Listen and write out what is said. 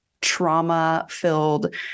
trauma-filled